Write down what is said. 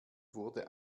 wurde